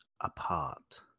apart